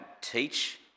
teach